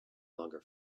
longer